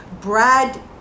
Brad